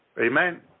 Amen